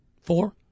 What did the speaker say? four